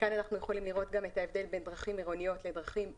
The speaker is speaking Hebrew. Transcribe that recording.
יכולים לראות את ההבדל בין דרכים עירוניות לדרכים בין-עירוניות.